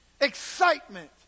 excitement